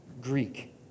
Greek